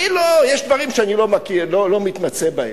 יש דברים שאני לא מכיר, לא מתמצא בהם,